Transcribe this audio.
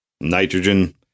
nitrogen